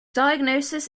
diagnosis